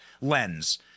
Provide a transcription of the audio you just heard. lens